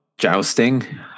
jousting